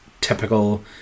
typical